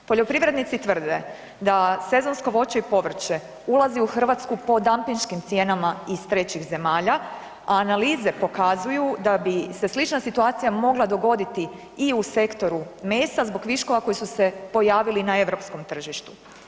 Poljoprivrednici tvrde da sezonsko voće i povrće ulazi u Hrvatsku po dampinškim cijenama iz trećih zemalja, a analize pokazuju da bi se slična situacija mogla dogoditi i u sektoru mesa zbog viškova koji su se pojavili na europskom tržištu.